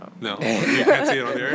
No